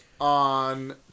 on